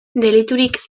deliturik